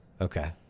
Okay